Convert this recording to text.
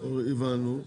הבנו.